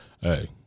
hey